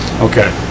okay